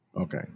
Okay